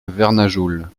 vernajoul